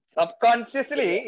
Subconsciously